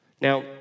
Now